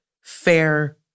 fair